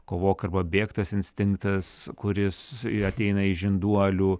kovok arba bėk tas instinktas kuris ateina iš žinduolių